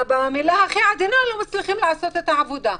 במילה הכי עדינה: לא מצליחים לעשות את העבודה,